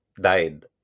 died